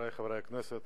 חברי חברי הכנסת,